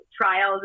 trials